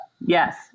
Yes